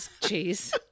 cheese